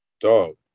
Dog